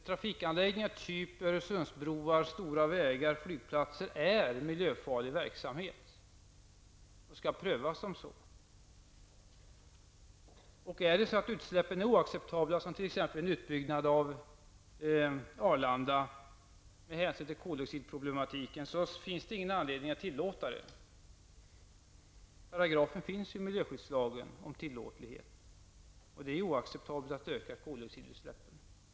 Trafikanläggningar såsom Öresundsbron, stora vägar och flygplatser utgör miljöfarlig verksamhet och skall prövas som sådan. Om utsläppen är oacceptabla med hänsyn till koldioxidproblematiken -- som t.ex. vid Arlanda -- finns det ingen anledning att tillåta det. Det finns en paragraf om tillåtlighet i miljöskyddslagen. Det är oacceptabelt att öka koloxidutsläppen.